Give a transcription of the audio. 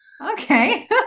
okay